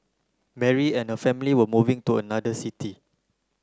Mary and her family were moving to another city